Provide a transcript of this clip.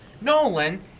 Nolan